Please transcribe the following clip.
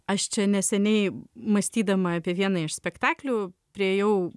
aš čia neseniai mąstydama apie vieną iš spektaklių priėjau